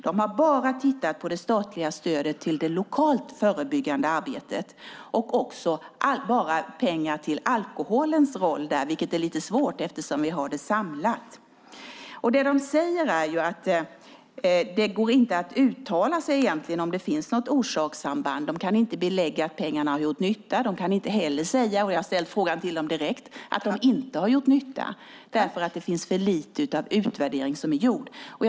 De har endast tittat på det statliga stödet till det lokalt förebyggande arbetet och på pengarna till alkoholens roll där, vilket gör det hela lite svårt eftersom vi har det samlat. Det Riksrevisionen säger är att det egentligen inte går att uttala sig om ifall det finns ett orsakssamband. De kan inte belägga att pengarna har gjort nytta. Inte heller kan de säga - jag har ställt frågan till dem direkt - att pengarna inte har gjort nytta. Alltför lite utvärdering har gjorts.